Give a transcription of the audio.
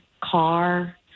car